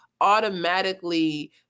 automatically